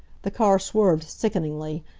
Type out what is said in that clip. the car swerved sickeningly.